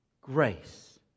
Grace